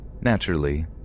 Naturally